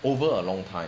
over a long time